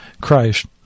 Christ